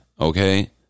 okay